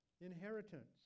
inheritance